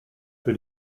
für